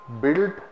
built